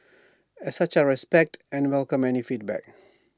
as such I respect and welcome any feedback